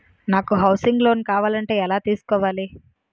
నాకు housing loan కావాలంటే ఎలా తీసుకోవాలి?